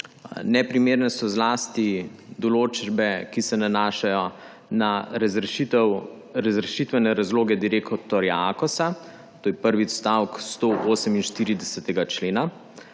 Neprimerne so zlasti določbe, ki se nanašajo na razrešitvene razloge direktorja Akosa, to je prvi odstavek 148. člena,